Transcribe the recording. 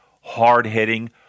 hard-hitting